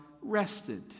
rested